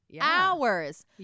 hours